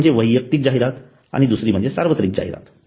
एक म्हणजे वैयक्तिक जाहिरात आणि दुसरी म्हणजे सार्वत्रिक जाहिरात